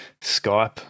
Skype